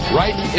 right